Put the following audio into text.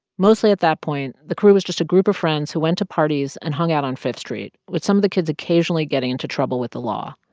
mostly at that point, the crew was just a group of friends who went to parties and hung out on fifth street, with some of the kids occasionally getting into trouble with the law.